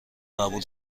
قبول